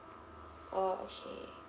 orh okay